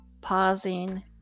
pausing